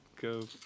Go